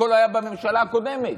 הכול היה בממשלה הקודמת,